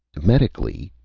medically,